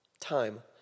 Time